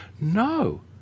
No